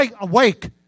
awake